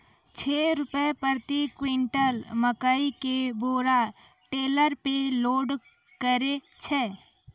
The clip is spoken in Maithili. छह रु प्रति क्विंटल मकई के बोरा टेलर पे लोड करे छैय?